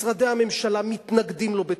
משרדי הממשלה מתנגדים לו בתוקף.